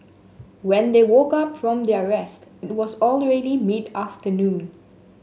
when they woke up from their rest it was already mid afternoon